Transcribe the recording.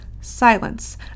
silence